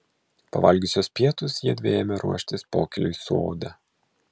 pavalgiusios pietus jiedvi ėmė ruoštis pokyliui sode